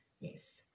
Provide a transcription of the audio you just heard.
Yes